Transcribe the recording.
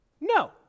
No